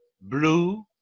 Blue